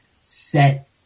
set